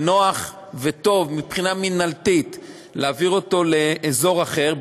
ונוח וטוב מבחינה מינהלתית להעביר אותו לאזור אחר,